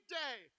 day